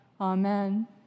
Amen